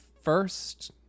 first